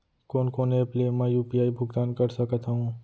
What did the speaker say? कोन कोन एप ले मैं यू.पी.आई भुगतान कर सकत हओं?